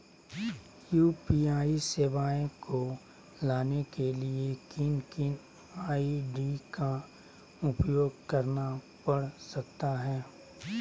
UPI सेवाएं को लाने के लिए किन किन आई.डी का उपयोग करना पड़ सकता है?